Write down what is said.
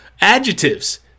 adjectives